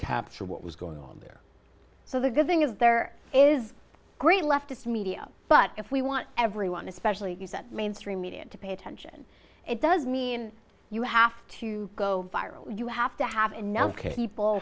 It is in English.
capture what was going on there so the good thing is there is great leftist media but if we want everyone especially mainstream media to pay attention it doesn't mean you have to go viral you have to have enough people